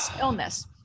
illness